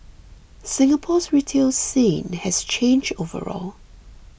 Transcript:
Singapore's retail scene has changed overall